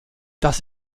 das